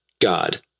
God